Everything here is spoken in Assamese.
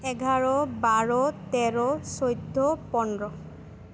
এঘাৰ বাৰ তেৰ চৈধ্য পোন্ধৰ